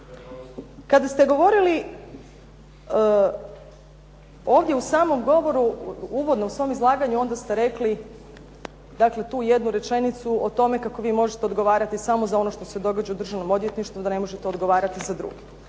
Kada ste govorili ovdje u samom uvodnom izlaganju, onda ste rekli tu jednu rečenicu o tome kako vi možete odgovarati samo za ono što se događa u državnom odvjetništvu, da ne možete odgovarati za druge.